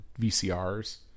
vcrs